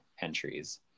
entries